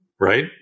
Right